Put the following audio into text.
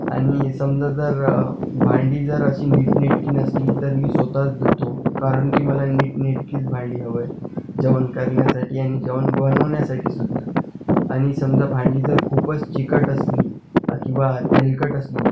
आणि समजा जर भांडी जर अशी नीटनेटकी नसली तर मी स्वतःच धुतो कारण की मला नीटनेटकीच भांडी हवंय जेवण करण्यासाठी आणि जेवण बनवण्यासाठीसुद्धा आणि समजा भांडी जर खूपच चिकट असली किंवा तेलकट असली